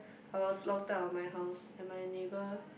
I was locked out of my house and my neighbor